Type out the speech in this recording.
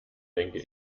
denke